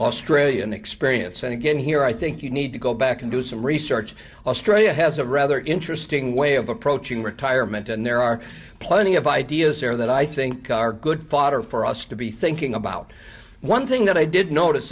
australian experience and again here i think you need to go back and do some research australia has a rather interesting way of approaching retirement and there are plenty of ideas there that i think are good fodder for us to be thinking about one thing that i did notice